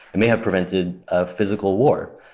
it may have prevented a physical war.